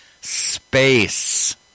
space